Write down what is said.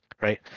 right